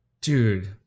dude